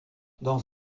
dans